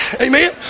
Amen